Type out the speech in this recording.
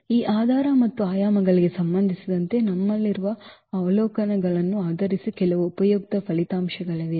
ಈ ಆಧಾರ ಮತ್ತು ಆಯಾಮಗಳಿಗೆ ಸಂಬಂಧಿಸಿದಂತೆ ನಮ್ಮಲ್ಲಿರುವ ಅವಲೋಕನಗಳನ್ನು ಆಧರಿಸಿ ಕೆಲವು ಉಪಯುಕ್ತ ಫಲಿತಾಂಶಗಳಿವೆ